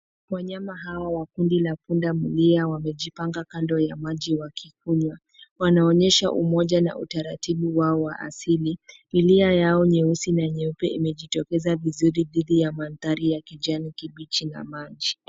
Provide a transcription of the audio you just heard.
Wanyama hawa wa kundi la punda milia wamejipanga kando ya maji wakiikunywa. Wanaonyesha umoja na utaratibu wao wa asili. Milia yao nyeusi na nyeupe imejitokeza vizuri dhidi ya manthari ya kijani kibichi na maji.